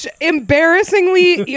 Embarrassingly